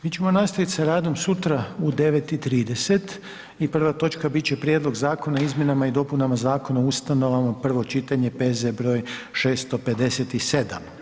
Mi ćemo nastavit sa radom sutra u 9 i 30 i prva točka bit će Prijedlog zakona o izmjenama i dopunama Zakona o Ustanovama, prvo čitanje, P.Z. br. 657.